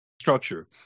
Structure